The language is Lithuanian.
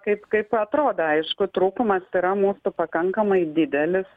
kaip kaip atrodo aišku trūkumas yra mūsų pakankamai didelis